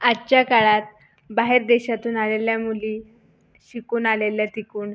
आजच्या काळात बाहेर देशातून आलेल्या मुली शिकून आलेल्या तिकडून